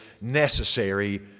necessary